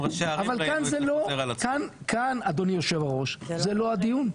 כן, כאן אדוני היושב-ראש, זה לא הדיון,